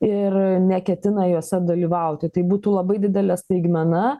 ir neketina juose dalyvauti tai būtų labai didelė staigmena